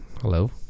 hello